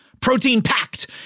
Protein-packed